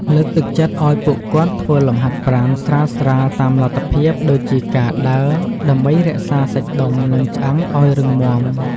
លើកទឹកចិត្តឱ្យពួកគាត់ធ្វើលំហាត់ប្រាណស្រាលៗតាមលទ្ធភាពដូចជាការដើរ ដើម្បីរក្សាសាច់ដុំ និងឆ្អឹងឱ្យរឹងមាំ។